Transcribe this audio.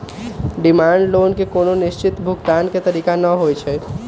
demand loan के कोनो निश्चित भुगतान के तारिख न होइ छइ